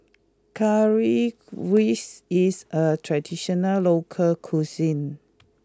Currywurst is a traditional local cuisine